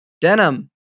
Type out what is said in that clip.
denim